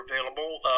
available